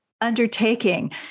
undertaking